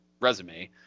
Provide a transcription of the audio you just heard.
resume